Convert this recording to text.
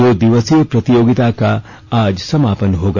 दो दिवसीय प्रतियोगिता का आज समापन होगा